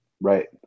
Right